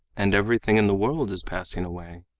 and everything in the world is passing away.